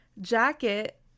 Jacket